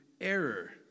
error